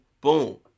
boom